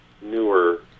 newer